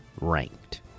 ranked